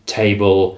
table